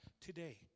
today